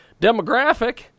demographic